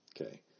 Okay